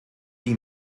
die